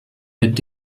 mit